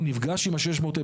הוא נפגש עם ה-650,000,